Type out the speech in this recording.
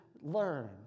learn